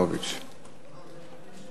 כבוד השר דניאל הרשקוביץ יציג את הדברים,